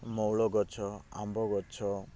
ମଉଳ ଗଛ ଆମ୍ବ ଗଛ